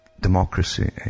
Democracy